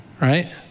Right